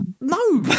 no